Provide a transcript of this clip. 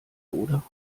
oder